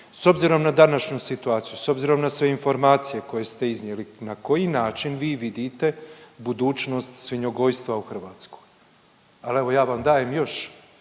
s obzirom na današnju situaciju, s obzirom na sve informacije koje ste iznijeli na koji način vi vidite budućnost svinjogojstva u Hrvatskoj? Ali evo ja vam dajem još